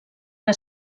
que